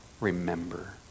remember